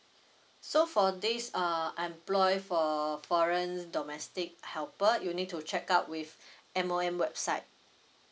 so for this err employ for foreign domestic helper you need to check out with M O M website